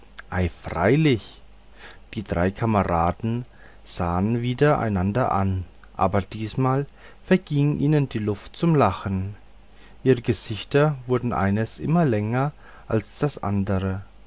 freilich die drei kameraden sahen wieder einander an aber diesmal verging ihnen die luft zum lachen ihre gesichter wurden eines immer länger als das andere